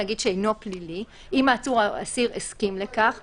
נגיד שאינו פלילי "אם העצור או האסיר הסכים לכך או"